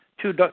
two